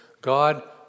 God